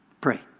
pray